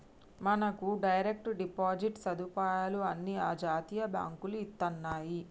మనకు direct deposit సదుపాయాలు అన్ని జాతీయ బాంకులు ఇత్తన్నాయి